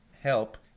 help